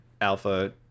alpha